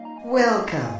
Welcome